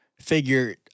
figure